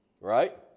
Right